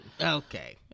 Okay